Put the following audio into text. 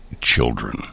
children